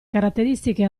caratteristiche